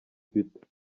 twitter